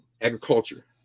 agriculture